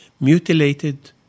mutilated